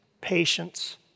patience